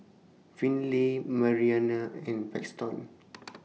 Finley Marianne and Paxton